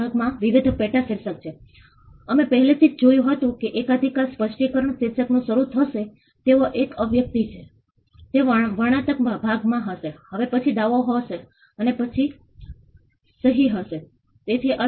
વિકલાંગો ઘાયલ અને વૃદ્ધ લોકોને બચાવવા કટોકટીમાં લોકોને બચાવવા માટે આગળ આવો અસ્તિત્વની કીટની સામગ્રીની સૂચિ પ્રદાન કરવા અને તેનું વિતરણ કરવા લોકોને મહત્વપૂર્ણ દસ્તાવેજો રાખવા અપીલ કરો